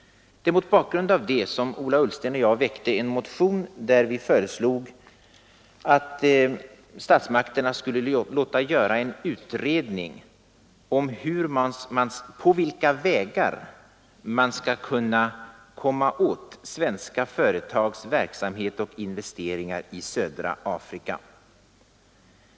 Mot denna bakgrund väckte Ola Ullsten och jag en motion, vari vi föreslog att statsmakterna skall utreda på vilka vägar man kan styra svenska företags verksamhet och investeringar i södra Afrika.